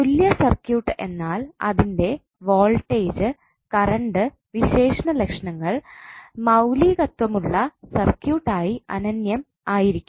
തുല്യ സർക്യൂട്ട് എന്നാൽ അതിൻറെ വോൾട്ടേജ് കറൻറ് വിശേഷലക്ഷണങ്ങൾ മൌലികത്വമുള്ള സർക്യൂട്ട് ആയി അനന്യം ആയിരിക്കും